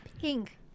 Pink